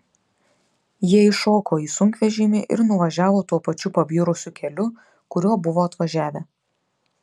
jie įšoko į sunkvežimį ir nuvažiavo tuo pačiu pabjurusiu keliu kuriuo buvo atvažiavę